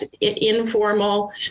informal